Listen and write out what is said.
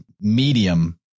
medium